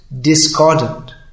discordant